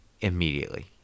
immediately